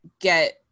get